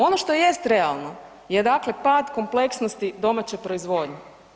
Ono što jest realno je dakle pad kompleksnosti domaće proizvodnje.